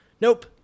Nope